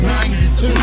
92